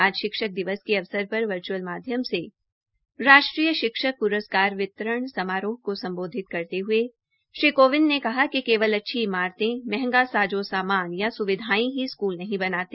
आज शिक्षक दिवस के अवसर पर वर्चुअल माध्यम से राष्ट्रीय शिक्षक पुरस्कार वितरण समारोह को संबोधित करते हुए श्री कोविंद ने कहा कि केवल अच्छी इमारतें महंगा साजो सामान या सुविधाए ही स्कूल नहीं बनाते